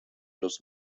los